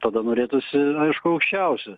tada norėtųsi aišku aukščiausio